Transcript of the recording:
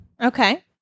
Okay